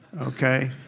Okay